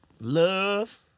love